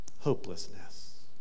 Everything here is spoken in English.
hopelessness